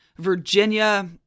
virginia